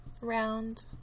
round